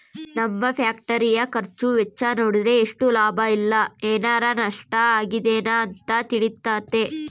ನಮ್ಮ ಫ್ಯಾಕ್ಟರಿಯ ಖರ್ಚು ವೆಚ್ಚ ನೋಡಿದ್ರೆ ಎಷ್ಟು ಲಾಭ ಇಲ್ಲ ಏನಾರಾ ನಷ್ಟ ಆಗಿದೆನ ಅಂತ ತಿಳಿತತೆ